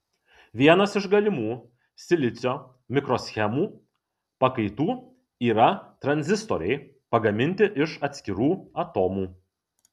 vienas iš galimų silicio mikroschemų pakaitų yra tranzistoriai pagaminti iš atskirų atomų